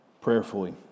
prayerfully